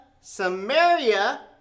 Samaria